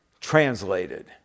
translated